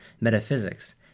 metaphysics